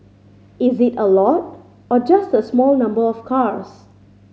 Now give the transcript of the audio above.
is it a lot or just a small number of cars